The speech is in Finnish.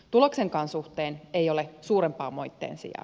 tuloksenkaan suhteen ei ole suurempaa moitteen sijaa